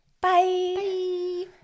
Bye